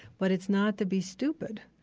but it's not to be stupid,